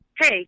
hey